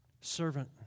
Servant